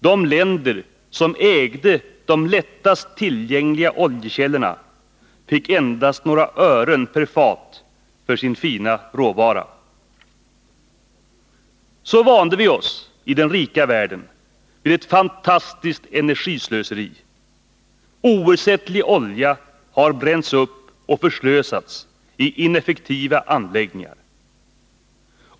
De länder som ägde de lättast tillgängliga oljekällorna fick endast några ören per fat för sin fina råvara. Så vande vi oss i den rika världen vid ett fantastiskt energislöseri. Oersättlig olja har bränts upp och förslösats i ineffektiva anläggningar.